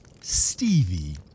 Stevie